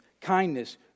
kindness